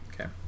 Okay